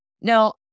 Now